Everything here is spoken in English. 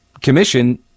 commission